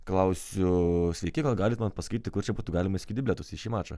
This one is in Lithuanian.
klausiu sveiki gal galit man pasakyti kur čia būtų galima įsigyti bilietus į šį mačą